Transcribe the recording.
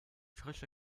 frische